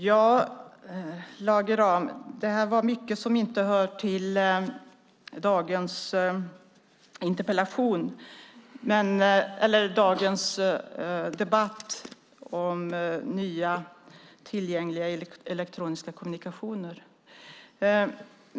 Herr talman! Mycket av det som Lage Rahm tog upp hör inte till dagens debatt om nya tillgängliga elektroniska kommunikationer.